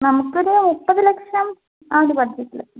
നമുക്കൊരു മുപ്പത് ലക്ഷം ആണ് ബഡ്ജറ്റിൽ